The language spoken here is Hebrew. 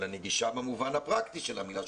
אלא נגישה במובן הפרקטי של המילה,